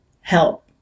help